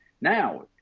now